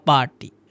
Party